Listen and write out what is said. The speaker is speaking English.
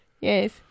Yes